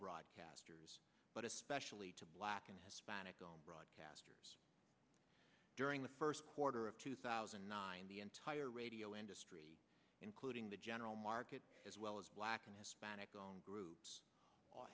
broadcasters but especially to black and hispanic broadcasters during the first quarter of two thousand and nine the entire radio industry including the general market as well as black and hispanic groups